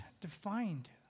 defined